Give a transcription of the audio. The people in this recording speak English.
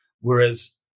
whereas